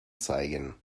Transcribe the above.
zeigen